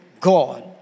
God